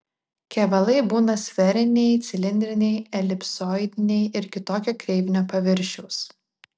kevalai būna sferiniai cilindriniai elipsoidiniai ir kitokio kreivinio paviršiaus